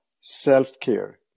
self-care